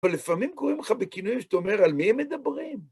אבל לפעמים קוראים לך בכינויים שאתה אומר על מי הם מדברים.